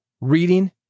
Reading